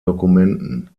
dokumenten